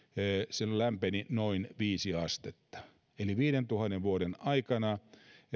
noin viisi astetta eli viidentuhannen vuoden aikana